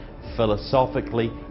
philosophically